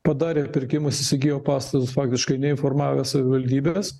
padarė pirkimus įsigijo pastatus faktiškai neinformavę savivaldybės